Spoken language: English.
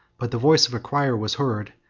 but the voice of a crier was heard,